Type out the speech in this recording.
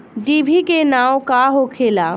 डिभी के नाव का होखेला?